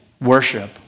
worship